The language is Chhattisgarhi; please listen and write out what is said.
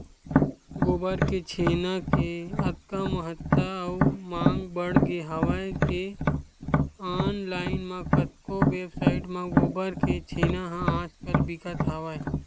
गोबर के छेना के अतका महत्ता अउ मांग बड़गे हवय के ऑनलाइन म कतको वेबसाइड म गोबर के छेना ह आज कल बिकत हवय